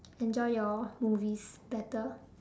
enjoy your movies better